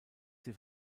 sie